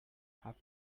half